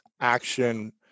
action